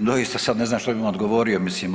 Doista sad ne znam što bih vam odgovori, mislim